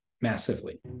massively